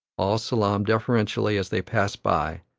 all salaam deferentially as they pass by,